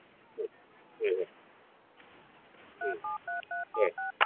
ꯎꯝ ꯎꯝ ꯎꯝ ꯎꯝ ꯎꯝ